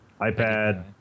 iPad